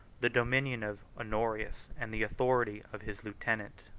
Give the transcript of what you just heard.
the dominion of honorius, and the authority of his lieutenant.